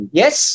yes